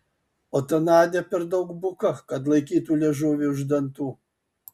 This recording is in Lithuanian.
o ta nadia per daug buka kad laikytų liežuvį už dantų